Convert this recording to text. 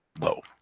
low